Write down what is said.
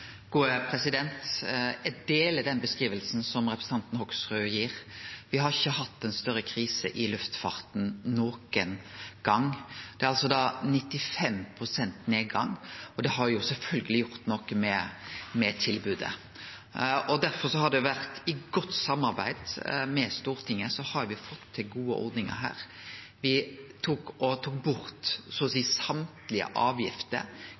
Eg er einig i den beskrivinga som representanten Hoksrud gir. Me har ikkje hatt ei større krise i luftfarten nokon gong. Det er altså 95 pst. nedgang, og det har sjølvsagt gjort noko med tilbodet. Derfor har me, i godt samarbeid med Stortinget, fått til gode ordningar her. Me tok bort så å seie alle avgifter